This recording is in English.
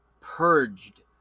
purged